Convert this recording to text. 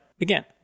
again